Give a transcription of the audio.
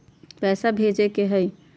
पैसा भेजे के हाइ?